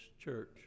church